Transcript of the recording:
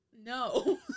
No